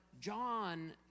John